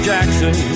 Jackson